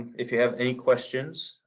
if you have any questions,